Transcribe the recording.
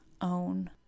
own